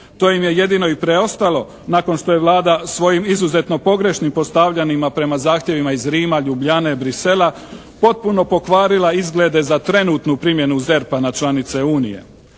To im je jedino i preostalo nakon što je Vlada svojim izuzetno pogrešnim postavljanjima prema zahtjevima iz Rima, Ljubljane, Bruxellesa potpuno pokvarila izglede za trenutnu primjenu ZERP-a na članice unije.